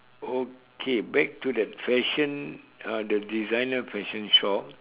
okay back to that fashion uh the designer fashion shop